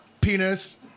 penis